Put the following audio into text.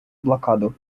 блокаду